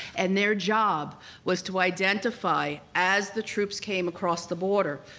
and their job was to identify, as the troops came across the border,